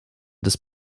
des